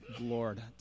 Lord